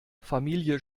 familie